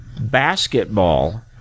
basketball